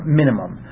minimum